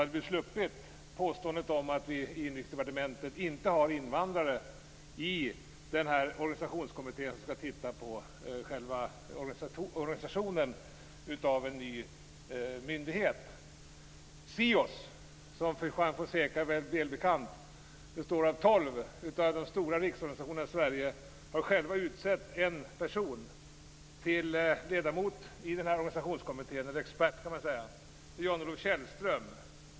Då skulle vi slippa påståendet att vi i Inrikesdepartementet inte har med några invandrare i den organisationskommitté som skall titta närmare på själva organisationen för en ny myndighet. SIOS, som är välbekant för Juan Fonseca, består av tolv av de stora riksorganisationerna i Sverige. De har själva utsett en person till ledamot, expert, i organisationskommittén, nämligen Jan-Olof Källström.